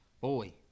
boy